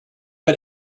but